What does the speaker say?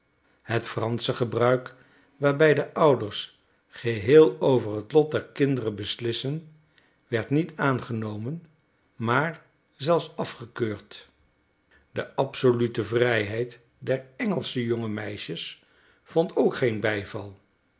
het fransche gebruik waarbij de ouders geheel over het lot der kinderen beslissen werd niet aangenomen maar zelfs afgekeurd de absolute vrijheid der engelsche jonge meisjes vond ook geen bijval